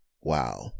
Wow